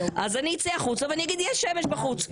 אז אני אצא החוצה ואני אגיד שיש שמש בחוץ,